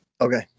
Okay